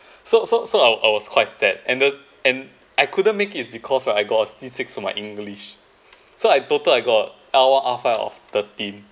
so so so I was quite sad and the and I couldn't make it because ah I got C six to my english so I total I got L_one R_five of thirteen